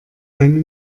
seine